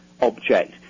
object